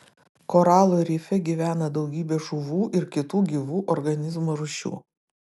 koralų rife gyvena daugybė žuvų ir kitų gyvų organizmų rūšių